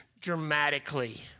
dramatically